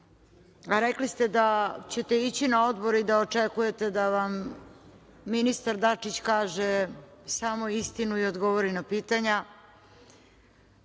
a rekli ste da ćete ići na odbor i da očekujete da vam ministar Dačić kaže samo istinu i odgovori na pitanja. Ministar